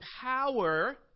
power